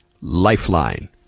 Lifeline